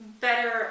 Better